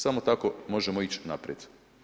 Samo tako možemo ići naprijed.